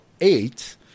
eight